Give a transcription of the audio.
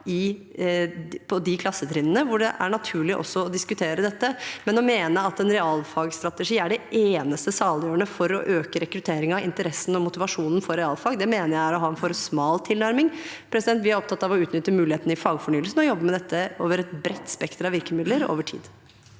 på de klassetrinnene, hvor det er naturlig også å diskutere dette. Men å mene at en realfagsstrategi er det eneste saliggjørende for å øke rekrutteringen, interessen og motivasjonen for realfag, er å ha en for smal tilnærming. Vi er opptatt av å utnytte mulighetene i fagfornyelsen og jobber med dette med et bredt spekter av virkemidler over tid.